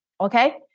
Okay